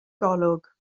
golwg